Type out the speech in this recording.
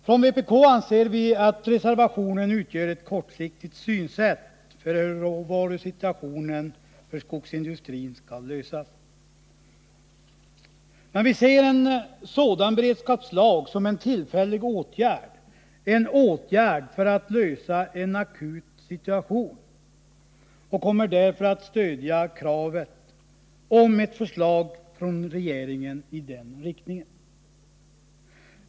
Från vpk anser vi att reservationen har en kortsiktig syn på hur råvarusituationen för skogsindustrin skall förbättras. Vi ser en sådan beredskapslag som en tillfällig åtgärd, en åtgärd för att lösa ett akut problem, och kommer därför att stödja kravet på ett förslag från regeringen i den riktningen.